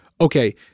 okay